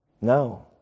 No